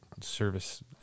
service